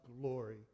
glory